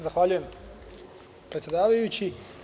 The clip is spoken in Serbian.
Zahvaljujem, predsedavajući.